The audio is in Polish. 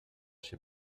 się